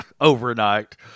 overnight